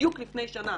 לפני שנה.